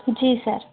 जी sir